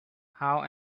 how